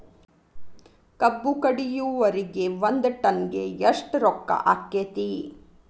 ಕಬ್ಬು ಕಡಿಯುವರಿಗೆ ಒಂದ್ ಟನ್ ಗೆ ಎಷ್ಟ್ ರೊಕ್ಕ ಆಕ್ಕೆತಿ?